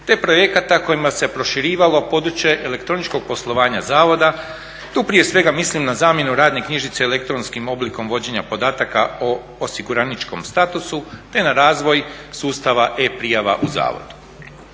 te projekata kojima se proširivalo područje elektroničkog poslovanja zavoda. Tu prije svega mislim na zamjenu radne knjižice elektronskim oblikom vođenja podataka o osiguraničkom statusu, te na razvoj sustava e-prijava u zavodu.